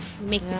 make